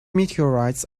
meteorites